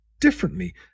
differently